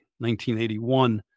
1981